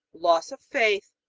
loss of faith,